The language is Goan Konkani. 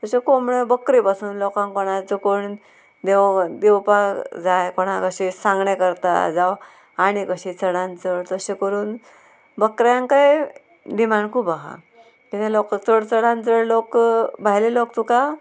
तश्यो कोंबड्यो बकरे बसून लोकांक कोणाचो कोण देवा दिवपाक जाय कोणाक अशें सांगणें करता जावं आणी कशी चडान चड तशें करून बकऱ्यांकय डिमांड खूब आहा किद्या लोक चड चडान चड लोक भायले लोक तुका